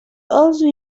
also